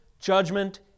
judgment